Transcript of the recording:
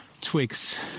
twigs